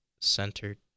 centered